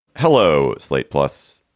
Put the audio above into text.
hello. slate plus,